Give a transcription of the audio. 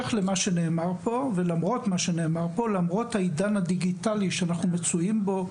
למרות העידן הדיגיטלי שאנחנו מצויים בו,